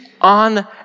on